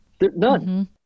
None